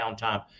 downtime